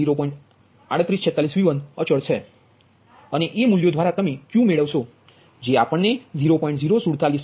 3846V1 પણ અચલ છે અને એ મૂલ્યો દ્વવારા તમે Q મેળવશો કે જે આપણ ને 0